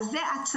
אז זה הצעה.